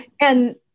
And-